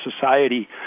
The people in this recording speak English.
society